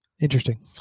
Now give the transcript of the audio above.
interesting